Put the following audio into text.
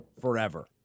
forever